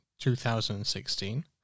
2016